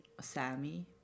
Sammy